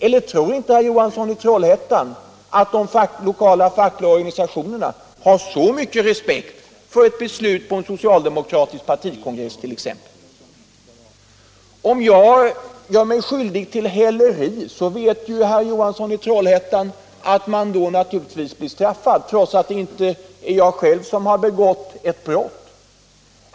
Eller tror inte herr Johansson i Trollhättan att de lokala, fackliga organisationerna har så mycket respekt för ett beslut på en socialdemokratisk partikongress t.ex.? Om jag gör mig skyldig till häleri vet herr Johansson i Trollhättan att jag naturligtvis blir straffad, trots att det inte är jag själv som begått det första brottet.